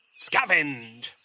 scavenge.